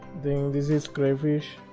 think this is crayfish